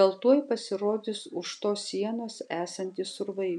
gal tuoj pasirodys už tos sienos esantys urvai